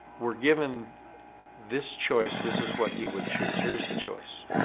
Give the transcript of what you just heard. were given this choice, this is what he would choose here's the choice